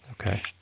Okay